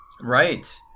Right